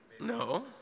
No